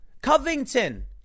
Covington